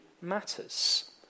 matters